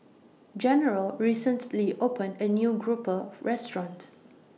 General recently opened A New Grouper Restaurant